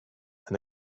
and